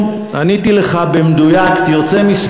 למה אתה לא